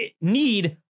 Need